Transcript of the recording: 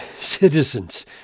citizens